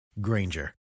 Granger